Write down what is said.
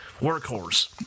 workhorse